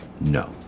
no